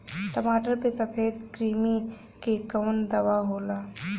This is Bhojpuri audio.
टमाटर पे सफेद क्रीमी के कवन दवा होला?